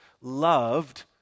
loved